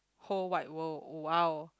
whole wide world !wow!